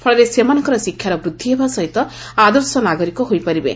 ଫଳରେ ସେମାନଙ୍କର ଶିକ୍ଷାର ବୃଦ୍ଧି ହେବା ସହିତ ଆଦର୍ଶ ନାଗରିକ ହୋଇପାରିବେ